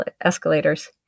escalators